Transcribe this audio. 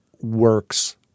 works